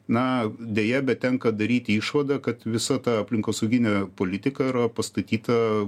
na deja bet tenka daryti išvadą kad visa ta aplinkosauginė politika yra pastatyta